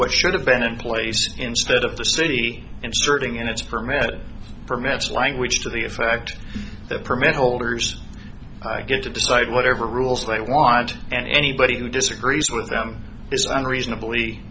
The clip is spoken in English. what should have been in place instead of the city inserting in its permitted perhaps language to the effect that permit holders i get to decide whatever rules state watch and anybody who disagrees with them is some reasonably